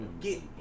get